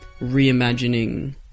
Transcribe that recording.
reimagining